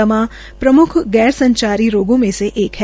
दमा प्रमुख गौर संचारी रोगों मे से एक है